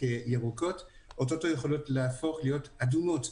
כירוקות או-טו-טו יכולות להפוך להיות אדומות,